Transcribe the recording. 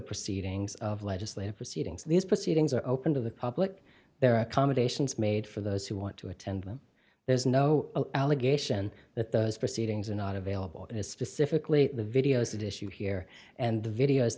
proceedings of legislative proceedings these proceedings are open to the public there are accommodations made for those who want to attend when there is no allegation that those proceedings are not available it is specifically the videos that issue here and the videos